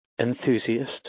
enthusiast